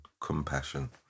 compassion